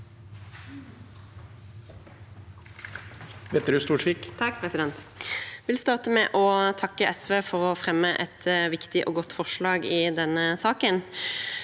Jeg vil starte med å takke SV for å fremme et viktig og godt forslag i denne saken.